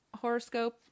horoscope